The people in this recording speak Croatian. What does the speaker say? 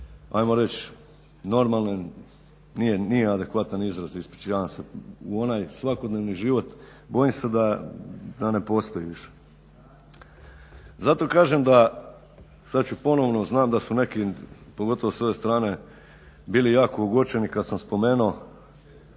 hajmo reć' normalne nije adekvatan izraz ispričavam se u onaj svakodnevni život bojim se da ne postoji više. Zato kažem da sad ću ponovno, znam da su neki, pogotovo sa ove strane bili jako ogorčeni kad sam spomenuo